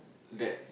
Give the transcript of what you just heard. that